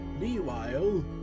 Meanwhile